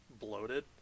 bloated